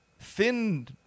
thin